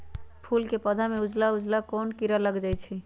फूल के पौधा में उजला उजला कोन किरा लग जई छइ?